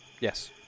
Yes